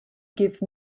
give